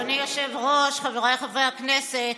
אדוני היושב-ראש, חבריי חברי הכנסת,